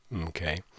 Okay